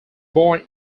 born